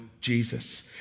Jesus